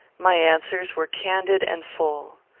my answers were candid and full.